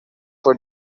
for